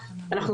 חקיקה,